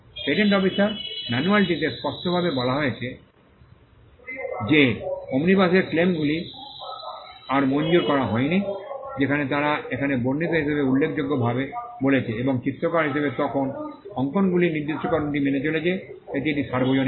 patent অফিসের ম্যানুয়ালটিতে স্পষ্টভাবে বলা হয়েছে যে ওমনিবাসের ক্লেম গুলি আর মঞ্জুর করা হয়নি যেখানে তারা এখানে বর্ণিত হিসাবে উল্লেখযোগ্যভাবে বলেছে এবং চিত্রকর হিসাবে তখন অঙ্কনগুলি নির্দিষ্টকরণটি মেনে চলছে এটি একটি সর্বজনীন